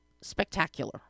Spectacular